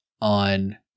on